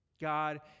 God